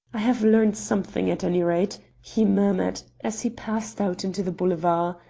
i have learned something, at any rate, he murmured as he passed out into the boulevard,